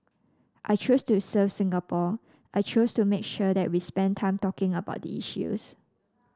I chose to serve Singapore I chose to make sure that we spend time talking about the issues